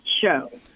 show